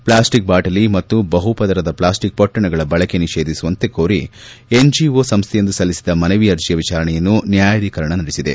plastic ಬಾಟಲಿ ಮತ್ತು ಬಹುಪದರದ ಪ್ಲಾಸ್ಟಿಕ್ ಪೊಟ್ಟಣಗಳ ಬಳಕೆ ನಿಷೇಧಿಸುವಂತೆ ಕೋರಿ ಎನ್ಜಿಟ ಸಂಸ್ಥೆಯೊಂದು ಸಲ್ಲಿಸಿದ್ದ ಮನವಿ ಅರ್ಜಿಯ ವಿಚಾರಣೆಯನ್ನು ನ್ಯಾಯಾಧೀಕರಣ ನಡೆಸಿದೆ